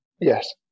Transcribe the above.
Yes